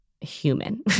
human